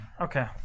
okay